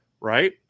right